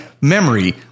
memory